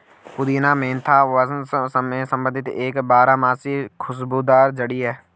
पुदीना मेंथा वंश से संबंधित एक बारहमासी खुशबूदार जड़ी है